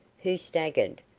who staggered,